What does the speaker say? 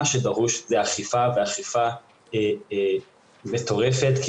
מה שדרוש זה אכיפה ואכיפה מטורפת כי